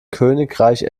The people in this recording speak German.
königreich